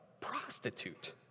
prostitute